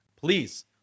Please